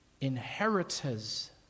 inheritors